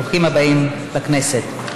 ברוכים הבאים לכנסת.